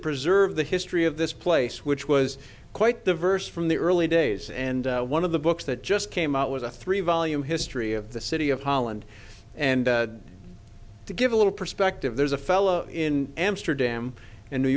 preserve the history of this place which was quite diverse from the early days and one of the books that just came out was a three volume history of the city of holland and to give a little perspective there's a fellow in amsterdam in new